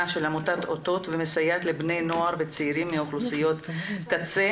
של עמותת אותות המסייעת לבני נוער וצעירים מאוכלוסיות קצה,